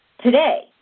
today